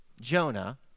Jonah